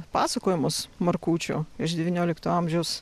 pasakojimus markučių iš devynioliktojo amžiaus